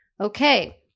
okay